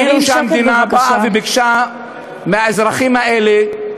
כאילו שהמדינה באה וביקשה מהאזרחים האלה: